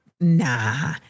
nah